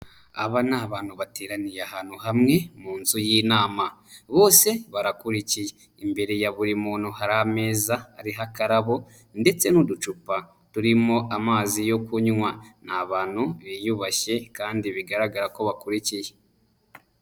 Aba ni abantu bateraniye ahantu hamwe, mu nzu y'inama. Bose barakurikiye. Imbere ya buri muntu hari ameza ariho akarabo ndetse n'uducupa turimo amazi yo kunywa. Ni abantu biyubashye kandi bigaragara ko bakurikiye.